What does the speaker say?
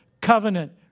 covenant